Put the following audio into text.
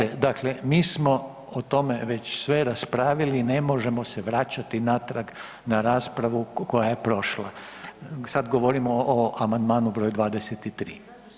Oprostite, dakle mi smo o tome već sve raspravili i ne možemo se vraćati natrag na raspravu koja je prošla, sad govorimo o amandmanu br. 23.